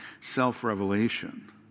self-revelation